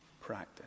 practice